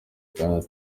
kandi